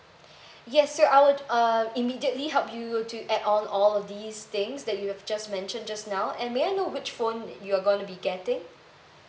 yes so I will uh immediately help you to add on all of these things that you have just mentioned just now and may I know which phone you're going to be getting